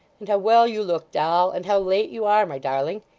and how well you look, doll, and how late you are, my darling